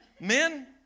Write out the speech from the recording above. men